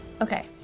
Okay